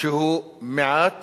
שהוא מעט